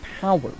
power